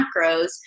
macros